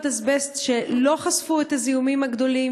אזבסט שלא חשפו את הזיהומים הגדולים,